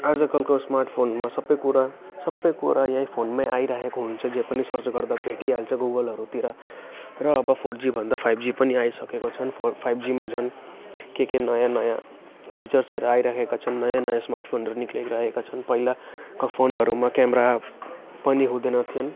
आजकलको स्मार्टफोनमा सबै कुरा सबैकुरा यही फोनमै आइराखेको हुन्छ जे पनि सर्च गर्दा भेटिहाल्छ गुगलहरूतिर र अब फोर जी भन्दा फाइभ जी पनि आइसकेको छन् फोर फाइभ जीमा झन् के के नयाँ नयाँ फिचर्सहरू आइराखेका छन् नयाँ नयाँ स्मार्टफोनहरू निक्लिरहेका छन् पहिलाका फोनहरूमा क्यामेरा पनि हुँदैन थिइन्